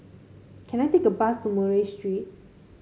can I take a bus to Murray Street